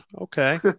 okay